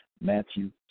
Matthew